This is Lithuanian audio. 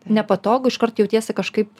nepatogu iškart jautiesi kažkaip